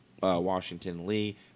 Washington-Lee